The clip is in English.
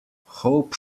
hope